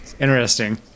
Interesting